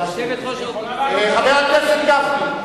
חבר הכנסת גפני,